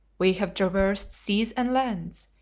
we have traversed seas and lands,